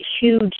huge